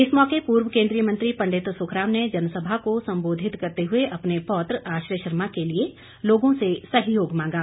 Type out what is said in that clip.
इस मौके पूर्व केन्द्रीय मंत्री पंडित सुखराम ने जनसभा को सम्बोधित करते हुए अपने पौत्र आश्रय शर्मा के लिए लोगों से सहयोग मांगा